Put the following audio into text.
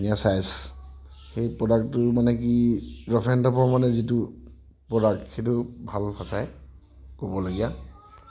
ধুনীয়া ছাইজ এই প্ৰ'ডাক্টটোৰ মানে কি ৰাফ এণ্ড টাফৰ মানে যিটো প্ৰ'ডাক্ট সেইটো ভাল সঁচাই ক'বলগীয়া